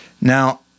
now